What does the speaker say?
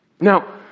Now